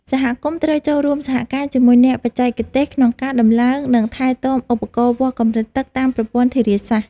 សហគមន៍ត្រូវចូលរួមសហការជាមួយអ្នកបច្ចេកទេសក្នុងការដំឡើង និងថែទាំឧបករណ៍វាស់កម្រិតទឹកតាមប្រព័ន្ធធារាសាស្ត្រ។